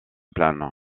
plane